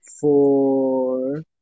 Four